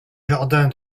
jardin